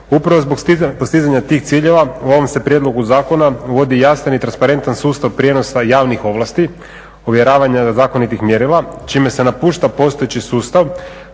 Upravo zbog postizanja tih ciljeva u ovom se prijedlogu zakona uvodi jasan i transparentan sustav prijenosa javnih ovlasti, … zakonitih mjerila čime se napušta postojeći sustav